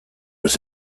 was